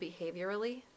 behaviorally